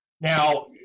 Now